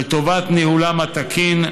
לטובת ניהולם התקין,